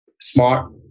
smart